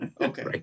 okay